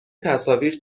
تصاویر